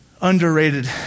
underrated